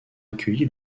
accueilli